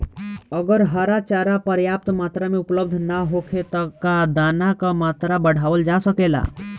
अगर हरा चारा पर्याप्त मात्रा में उपलब्ध ना होखे त का दाना क मात्रा बढ़ावल जा सकेला?